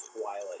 Twilight